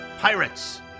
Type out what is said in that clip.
Pirates